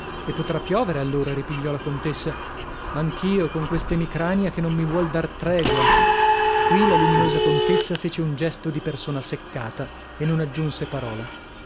e potrà piovere allora ripigliò la contessa anch'io con quest'emicrania che non mi vuole dar tregua qui la luminosa contessa fece un gesto di persona seccata e non aggiunse parola